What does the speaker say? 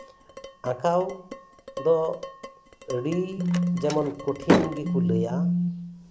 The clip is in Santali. ᱟᱸᱠᱟᱣ ᱫᱚ ᱟᱹᱰᱤ ᱡᱮᱢᱚᱱ ᱠᱚᱴᱷᱤᱱ ᱜᱮᱠᱚ ᱞᱟᱹᱭᱟ